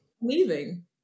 leaving